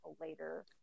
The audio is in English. later